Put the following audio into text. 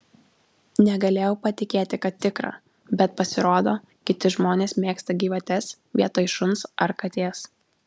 negalėjau patikėti kad tikra bet pasirodo kiti žmonės mėgsta gyvates vietoj šuns ar katės